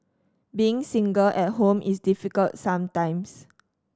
being single at home is difficult sometimes